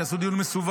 תעשו דיון מסווג.